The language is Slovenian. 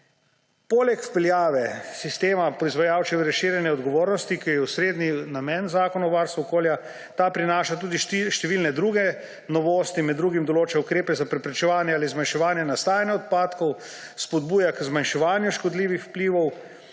Poleg vpeljave sistema proizvajalčeve razširjene odgovornosti, ki je osrednji namen zakona o varstvu okolja, ta prinaša tudi številne druge novosti. Med drugim določa ukrepe za preprečevanje ali zmanjševanje nastajanja odpadkov, spodbuja k zmanjševanju škodljivih vplivov